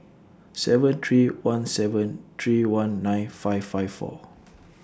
seven three one seven three one nine five five four